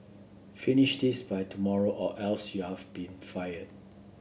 finish this by tomorrow or else you have be fired